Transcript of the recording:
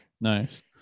Nice